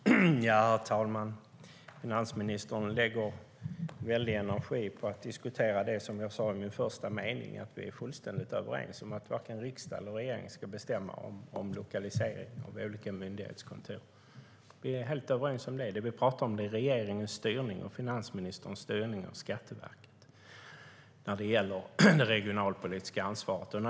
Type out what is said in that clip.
Herr talman! Finansministern lägger en väldig energi på att diskutera det jag sade i min första mening, nämligen att vi är fullständigt överens om att varken riksdag eller regering ska bestämma om lokalisering av olika myndighetskontor. Vi är helt överens om det. Det vi talar om är regeringens och finansministerns styrning av Skatteverket när det gäller det regionalpolitiska ansvaret.